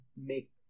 make